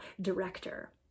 director